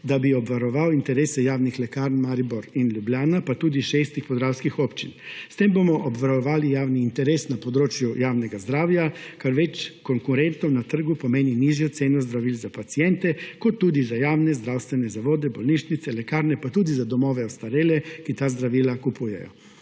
da bi obvaroval interese javnih lekarn Maribor in Ljubljana pa tudi šestih podravskih občin. S tem bomo obvarovali javni interes na področju javnega zdravja, ker več konkurentov na trgu pomeni nižjo ceno zdravil za paciente kot tudi za javne zdravstvene zavode, bolnišnice, lekarne pa tudi za domove za ostarele, ki ta zdravila kupujejo.